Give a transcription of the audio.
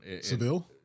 Seville